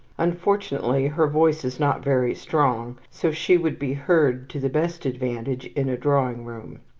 unfortunately her voice is not very strong, so she would be heard to the best advantage in a drawing-room.